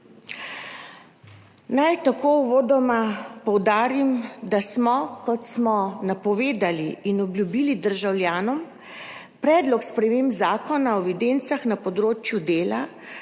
Naj tako uvodoma poudarim, da smo, kot smo napovedali in obljubili državljanom, predlog sprememb Zakona o evidencah na področju dela